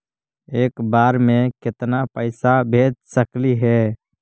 एक बार मे केतना पैसा भेज सकली हे?